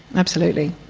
absolutely.